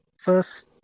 First